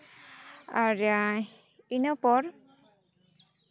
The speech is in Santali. ᱟᱨ ᱤᱱᱟᱹ ᱯᱚᱨ